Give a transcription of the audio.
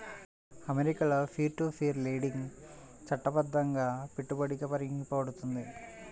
అమెరికాలో peer to peer lending చట్టబద్ధంగా పెట్టుబడిగా పరిగణించబడుతుంది